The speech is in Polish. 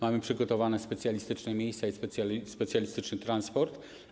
Mamy przygotowane specjalistyczne miejsca i specjalistyczny transport.